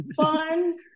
fun